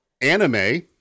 anime